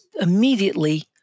immediately